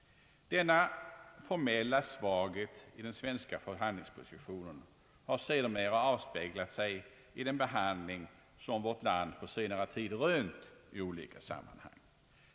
Denna formella svaghet i den svenska förhandlingspositionen har sedermera avspeglat sig i den behandling som vårt land senare rönt i olika sammanhang.